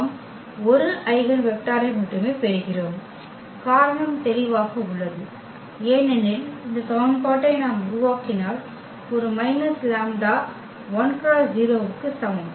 நாம் 1 ஐகென் வெக்டரை மட்டுமே பெறுகிறோம் காரணம் தெளிவாக உள்ளது ஏனெனில் இந்த சமன்பாட்டை நாம் உருவாக்கினால் ஒரு மைனஸ் லாம்ப்டா I x 0 க்கு சமம்